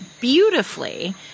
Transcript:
beautifully